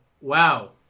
wow